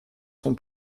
son